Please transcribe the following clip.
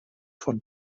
von